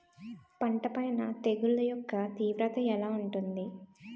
పంట పైన తెగుళ్లు యెక్క తీవ్రత ఎలా ఉంటుంది